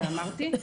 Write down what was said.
ואמרתי,